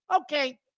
Okay